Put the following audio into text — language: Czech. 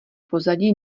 pozadí